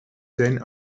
zijn